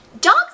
dogs